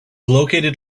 located